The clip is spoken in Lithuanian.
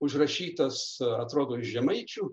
užrašytas atrodo iš žemaičių